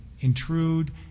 intrude